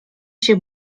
się